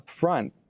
upfront